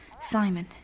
Simon